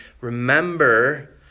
remember